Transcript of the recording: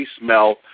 smell